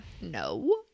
No